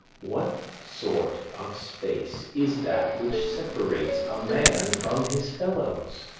what sort of space is that which separates a man from his fellows